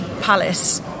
palace